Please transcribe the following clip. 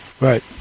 Right